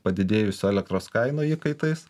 padidėjusių elektros kainų įkaitais